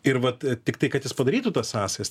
ir vat tiktai kad jis padarytų tas sąsajas